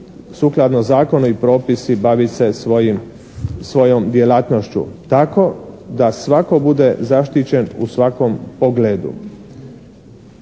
sukladno zakonu i propisu bavit se svojom djelatnošću. Tako da svatko bude zaštićen u svakom pogledu.